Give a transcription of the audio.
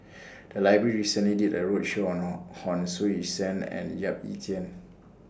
The Library recently did A roadshow on Hon Sui Sen and Yap Ee Chian